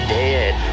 dead